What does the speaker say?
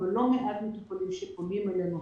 אבל לא מעט מטופלים שפונים אלינו,